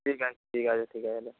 ঠিক আছে ঠিক আছে ঠিক আছে নে